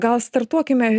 gal startuokime